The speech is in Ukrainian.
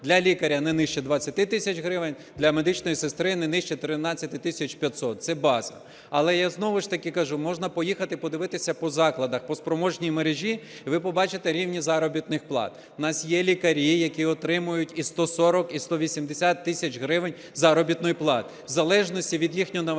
для лікаря – не нижче 20 тисяч гривень, для медичної сестри – не нижче 13 тисяч 500. Це база. Але, я знову ж таки кажу, можна поїхати подивитися по закладах, по спроможній мережі, і ви побачите рівні заробітних плат. У нас є лікарі, які отримують і 140, і 180 тисяч гривень заробітної плати, в залежності від їхнього навантаження